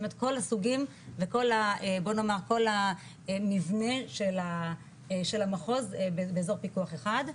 זאת אומרת כל הסוגים וכל המבנה של המחוז באזור פיקוח אחד.